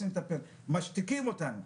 משתיקים אותנו.